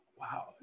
Wow